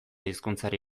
hizkuntzari